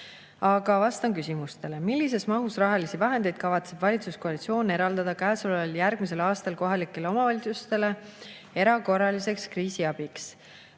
Aga vastan küsimustele."Millises mahus rahalisi vahendeid kavatseb valitsuskoalitsioon eraldada käesoleval ja järgmisel aastal kohalikele omavalitsustele erakorraliseks kriisiabiks?"